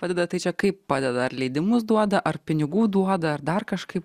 padeda tai čia kaip padeda ar leidimus duoda ar pinigų duoda ar dar kažkaip